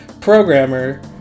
programmer